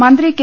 മന്ത്രി കെ